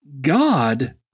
God